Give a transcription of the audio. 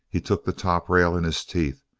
he took the top rail in his teeth,